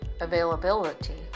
availability